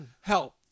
help